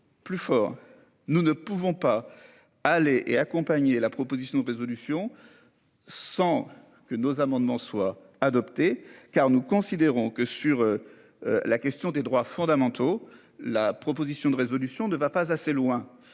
plus fort. Nous ne pouvons pas aller et accompagner la proposition de résolution. Sans que nos amendements soient adoptés car nous considérons que sur. La question des droits fondamentaux. La proposition de résolution ne va pas assez loin.